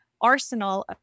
arsenal